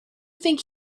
think